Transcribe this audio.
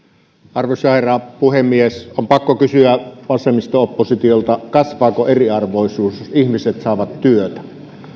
arvoisa herra puhemies on pakko kysyä vasemmisto oppositiolta kasvaako eriarvoisuus jos ihmiset saavat työtä